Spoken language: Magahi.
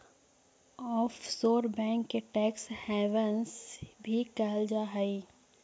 ऑफशोर बैंक के टैक्स हैवंस भी कहल जा हइ